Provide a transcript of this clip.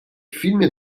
filmie